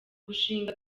gushinga